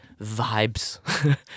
vibes